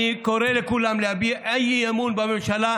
אני קורא לכולם להביע אי-אמון בממשלה,